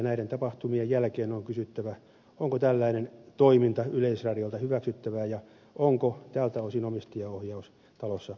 näiden tapahtumien jälkeen on kysyttävä onko tällainen toiminta yleisradiolta hyväksyttävää ja onko tältä osin omistajaohjaus talossa kunnossa